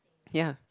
ya